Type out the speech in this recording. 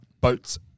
Boats